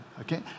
okay